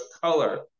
color